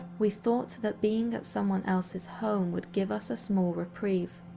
we thought that being at someone else's home would give us a small reprieve.